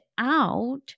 out